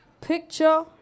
Picture